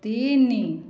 ତିନି